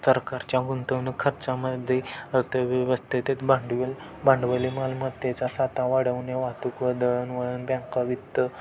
सरकारच्या गुंतवणूक खर्चामध्ये अर्थव्यवस्थेत ते भांडवल भांडवली मालमत्तेचा साठा वाढवणे वाहतूक व दळणवळण बँका वित्त